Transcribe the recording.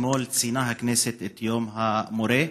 אתמול ציינה הכנסת את יום המורה,